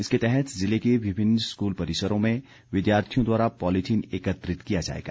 इसके तहत जिले के विभिन्न स्कूल परिसरों में विद्यार्थियों द्वारा पॉलिथीन एकत्रित किया जाएगा